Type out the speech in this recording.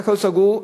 היה הכול סגור.